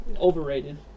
Overrated